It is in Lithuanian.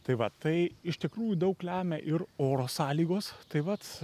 tai va tai iš tikrųjų daug lemia ir oro sąlygos tai vat